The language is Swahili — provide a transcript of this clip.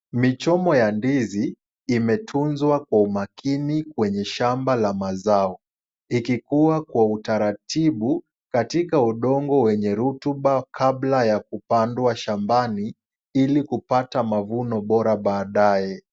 Michomo ya ndizi imetunzwa kwa umakini kwenye shamba la mazao. Ikikua kwa utaratibu katika udongo wenye rutuba, kabla ya kupandwa shambani ili kupata mavuno bora baadaye.